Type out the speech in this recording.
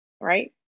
right